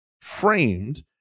framed